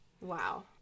Wow